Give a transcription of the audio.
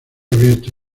abierto